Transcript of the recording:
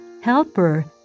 Helper